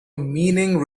meaning